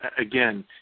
Again